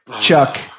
Chuck